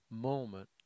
moment